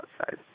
outside